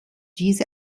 diese